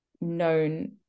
known